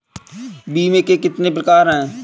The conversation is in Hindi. बीमे के कितने प्रकार हैं?